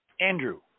Andrew